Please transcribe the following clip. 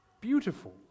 beautiful